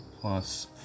plus